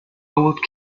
old